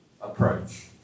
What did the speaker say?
approach